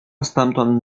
stamtąd